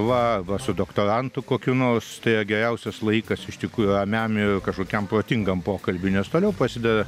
va va su doktorantu kokiu nors tai yra geriausias laikas iš tikrųjų ramiam ir kažkokiam protingam pokalbiui nes toliau prasideda